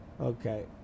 Okay